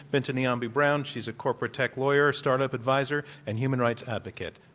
binta niambi brown. she is a corporate tech lawyer, startup adviser and human rights advocate.